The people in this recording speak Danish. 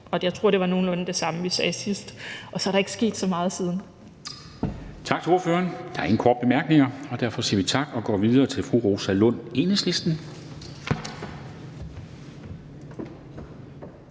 Jeg tror, det var nogenlunde det samme, vi sagde sidst, og så er der ikke sket så meget siden. Kl. 13:53 Formanden (Henrik Dam Kristensen): Tak til ordføreren. Der er ingen korte bemærkninger, og derfor siger vi tak og går videre tak til fru Rosa Lund, Enhedslisten.